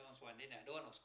then don't want also